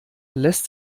lässt